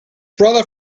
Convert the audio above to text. brother